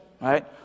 right